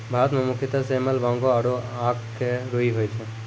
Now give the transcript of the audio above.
भारत मं मुख्यतः सेमल, बांगो आरो आक के रूई होय छै